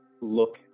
look